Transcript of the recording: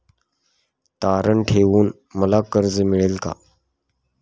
तारण ठेवून मला कर्ज मिळेल का?